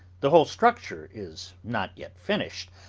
the whole structure is not yet finished,